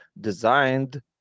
designed